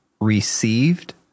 received